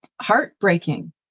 heartbreaking